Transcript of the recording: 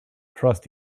trust